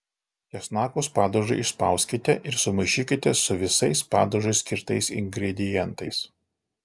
česnakus padažui išspauskite ir sumaišykite su visais padažui skirtais ingredientais